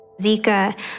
Zika